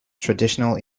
traditional